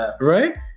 right